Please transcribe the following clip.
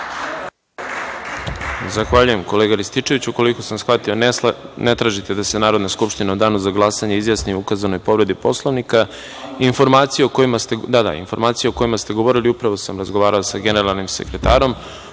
Zahvaljujem, kolega Rističeviću. Koliko sam shvatio ne tražite da se Narodna skupština u danu za glasanje izjasni o ukazanoj povredi Poslovnika. Informacije o kojima ste govorili, upravo sam razgovarao sa generalnim sekretarom,